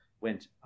went